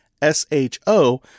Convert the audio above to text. S-H-O